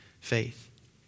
faith